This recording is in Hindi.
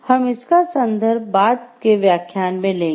हम इसका संदर्भ बाद के व्याख्यान में लेंगे